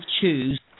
choose